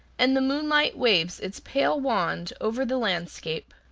and the moonlight waves its pale wand over the landscape.